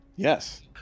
Yes